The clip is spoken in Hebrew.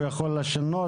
הוא יכול לשנות.